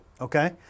Okay